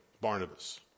Barnabas